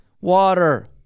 water